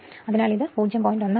അതിനാൽ ഇത് 0